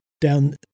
down